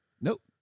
Nope